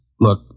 Look